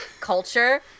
culture